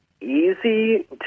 easy